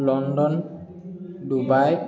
London Dubai